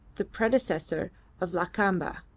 the predecessor of lakamba.